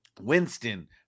Winston